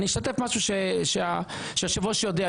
אני אשתף במשהו שהיושב-ראש יודע.